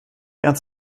ernst